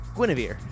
Guinevere